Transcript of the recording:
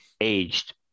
aged